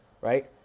right